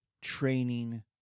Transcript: training